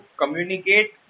communicate